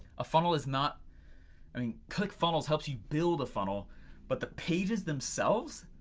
a funnel is not i mean clickfunnels helps you build a funnel but the pages themselves,